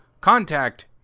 contact